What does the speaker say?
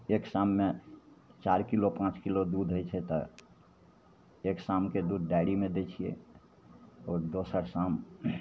एक शाममे चारि किलो पाँच किलो दूध होइ छै तऽ एक शामके दूध डेअरीमे दै छिए आओर दोसर शाम